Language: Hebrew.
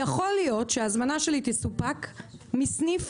יכול להיות שההזמנה שלי תסופק מסניף,